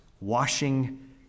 washing